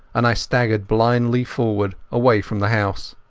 and i staggered blindly forward away from the house.